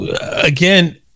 again